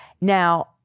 Now